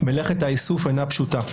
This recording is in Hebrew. מלאכת האיסוף אינה פשוטה,